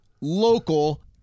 local